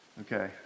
Okay